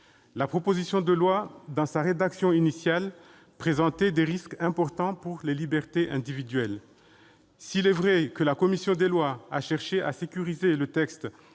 La proposition de loi, dans sa rédaction initiale, présentait des risques importants pour les libertés individuelles. S'il est vrai que la commission des lois a cherché à sécuriser le texte